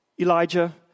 Elijah